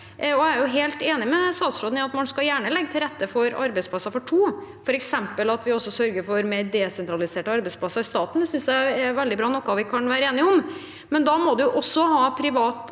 Jeg er helt enig med statsråden i at man gjerne skal legge til rette for arbeidsplasser for to, f.eks. at vi også sørger for mer desentraliserte arbeidsplasser i staten. Det synes jeg er veldig bra, og det er noe vi kan være enige om. Men da må en også ha privat